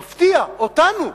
מפתיע, אותנו.